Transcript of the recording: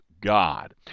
God